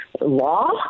law